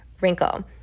wrinkle